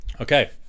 Okay